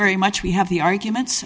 very much we have the arguments